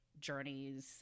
journeys